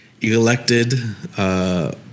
Elected